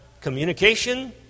communication